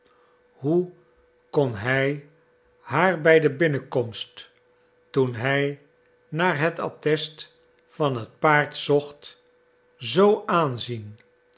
hoe kon hij haar bij de binnenkomst toen hij naar het attest van het paard zocht zoo aanzien